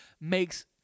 makes